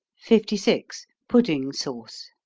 fifty six. pudding sauce.